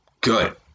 good